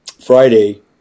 Friday